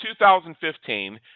2015